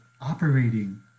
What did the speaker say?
operating